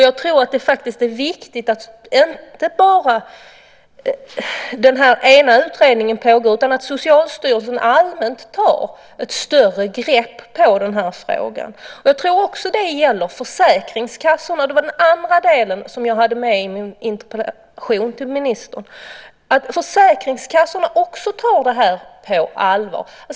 Jag tror att det är viktigt att inte bara utredningen pågår utan att Socialstyrelsen allmänt tar ett större grepp om frågan. Jag tror också att det gäller försäkringskassorna. Det var den andra delen av min interpellation till ministern. Försäkringskassorna måste också ta frågan på allvar.